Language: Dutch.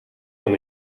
van